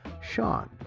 Sean